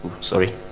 Sorry